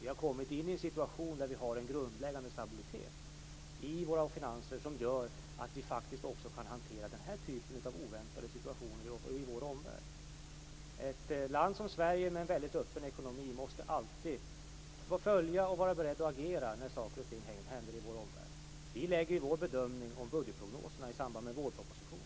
Vi har kommit till en situation där vi har en grundläggande stabilitet i våra finanser som gör att vi faktiskt kan hantera den här typen av oväntade situationer i vår omvärld. Ett land som Sverige med en väldigt öppen ekonomi måste alltid följa och vara berett att agera när saker och ting händer i vår omvärld. Vi lägger vår bedömning om budgetprognoserna i samband med vårpropositionen.